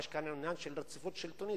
אבל יש כאן עניין של רציפות שלטונית,